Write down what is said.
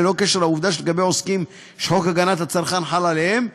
ללא קשר לעובדה שלגבי עוסקים שחוק הגנת הצרכן חל עליהם,